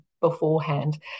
beforehand